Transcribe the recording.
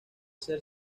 ser